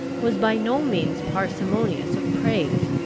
was by no means parsimonious of praise,